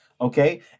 okay